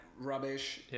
rubbish